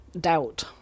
doubt